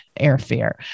airfare